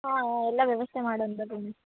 ಹಾಂ ಹಾಂ ಎಲ್ಲ ವ್ಯವಸ್ಥೆ ಮಾಡೋಣ ಬರ್ರಿ ನೀವು